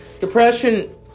Depression